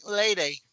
lady